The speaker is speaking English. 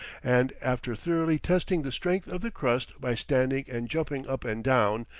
and after thoroughly testing the strength of the crust by standing and jumping up and down,